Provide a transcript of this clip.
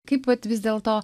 kaip vat vis dėlto